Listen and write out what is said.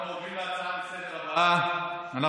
הם לא נמצאים, עדיין לא הגיעו.